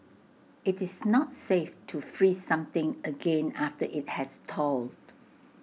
IT is not safe to freeze something again after IT has thawed